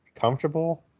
comfortable